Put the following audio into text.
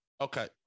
Okay